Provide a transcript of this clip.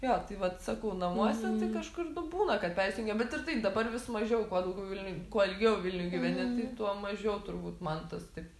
jo tai vat sakau namuose tai kažkur nu būna kad persijungia bet ir tai dabar vis mažiau kuo daugiau vilniuj kuo ilgiau vilniuj gyveni tai tuo mažiau turbūt man tas taip